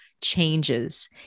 changes